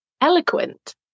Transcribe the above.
eloquent